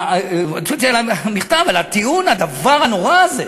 הוצאתי לה מכתב על הטיעון, על הדבר הנורא הזה.